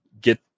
get